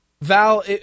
Val